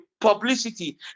publicity